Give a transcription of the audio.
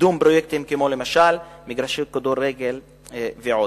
קידום פרויקטים, מגרשי כדורגל למשל.